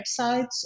websites